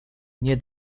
nie